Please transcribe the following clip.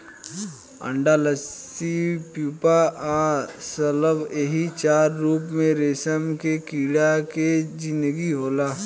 अंडा इल्ली प्यूपा आ शलभ एही चार रूप में रेशम के कीड़ा के जिनगी होला